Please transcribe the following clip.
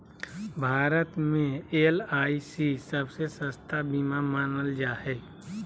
भारत मे एल.आई.सी सबसे सस्ता बीमा मानल जा हय